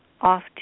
off